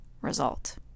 result